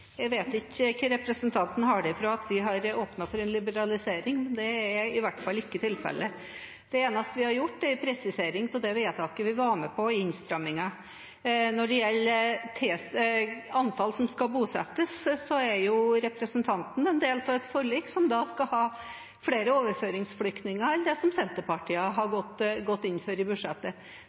Jeg vet ikke hvor representanten har det fra at vi har åpnet for en liberalisering. Det er i hvert fall ikke tilfellet. Det eneste vi har gjort, er en presisering av det vedtaket vi var med på i innstrammingen. Når det gjelder antall som skal bosettes, er representanten en del av et forlik som skal ha flere overføringsflyktninger enn det Senterpartiet har gått inn for i budsjettet.